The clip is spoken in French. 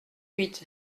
huit